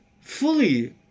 fully